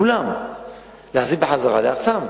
להחזיר אותם לארצם.